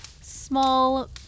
small